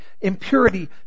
impurity